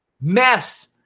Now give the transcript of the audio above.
Mess